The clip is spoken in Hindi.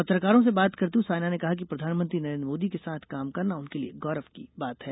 पत्रकारों से बात करते हुए सायना ने कहा कि प्रधानमंत्री नरेन्द्र मोदी के साथ काम करना उनके लिए गौरव की बात है